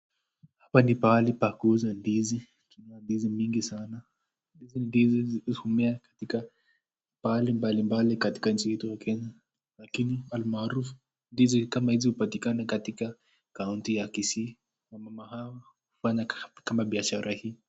Hapa ni pahali pa kuuza ndizi, kuna ndizi mingi sana, hizi ndizi humea katika pahali mbalimbali katika nchi yetu ya Kenya. Lakini almaarufu ndizi kama hizi hupatikana katika kaunti ya kisii, wamama hawa hufanya kama biashara hii.